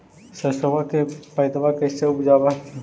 सरसोबा के पायदबा कैसे उपजाब हखिन?